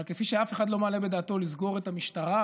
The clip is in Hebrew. אבל כפי שאף אחד לא מעלה בדעתו לסגור את המשטרה,